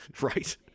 right